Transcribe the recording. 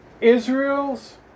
Israel's